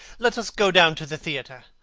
let us go down to the theatre.